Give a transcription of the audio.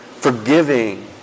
forgiving